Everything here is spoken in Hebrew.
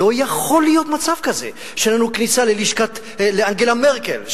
לא יכול להיות מצב כזה שאין לנו כניסה לאנגלה מרקל,